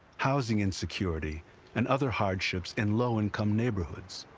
housing insecurity and other hardships in low-income neighborhoods.